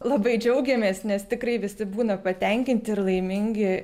labai džiaugiamės nes tikrai visi būna patenkinti ir laimingi